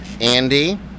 Andy